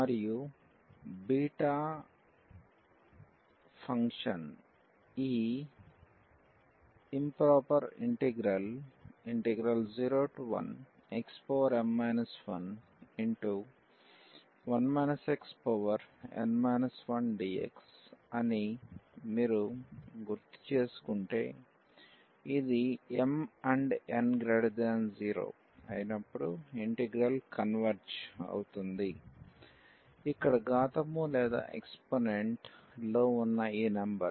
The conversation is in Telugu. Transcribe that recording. మరియు బీటా ఫంక్షన్ ఈ improper integral 01xm 11 xn 1dx అని మీరు గుర్తుచేసుకుంటే ఇది mn0 అయినప్పుడు ఇంటిగ్రల్ కన్వెర్జ్ అవుతుంది ఇక్కడ ఘాతము లేదా ఎక్స్ పోనెంట్ లో ఉన్న ఈ నెంబర్